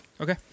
Okay